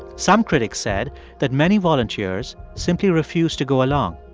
some critics said that many volunteers simply refused to go along.